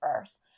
first